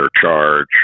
charge